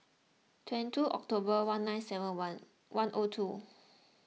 twenty two October one nine seven one one O two